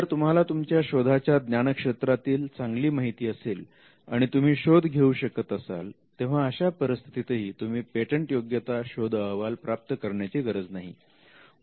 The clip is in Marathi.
जर तुम्हाला तुमच्या शोधाच्या ज्ञानक्षेत्रातील चांगली माहिती असेल आणि तुम्ही शोध घेऊ शकत असाल तेव्हा अशा परिस्थितीतही तुम्ही पेटंटयोग्यता शोध अहवाल प्राप्त करण्याची गरज नाही